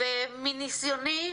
מניסיוני